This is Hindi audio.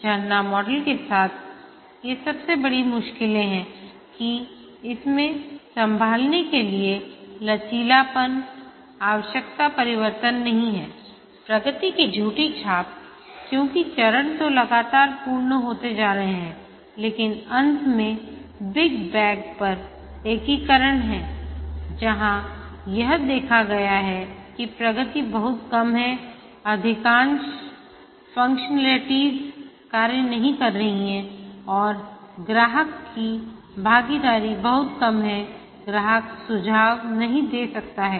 झरना मॉडल के साथ ये सबसे बड़ी मुश्किलें हैं कि इसमें संभालने के लिए लचीलापनआवश्यकता परिवर्तननहीं है प्रगति की झूठी छाप क्योंकि चरण तो लगातार पूर्ण होते जा रहे हैं लेकिन अंत में बिग बैग पर एकीकरण है जहां यह देखा गया है कि प्रगति बहुत कम हैअधिकांश फंक्शनैलिटीज कार्य नहीं कर रहे हैं और ग्राहक की भागीदारी बहुत कम है ग्राहक सुझाव नहीं दे सकता है